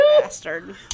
Bastard